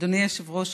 אדוני היושב-ראש,